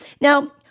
Now